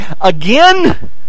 again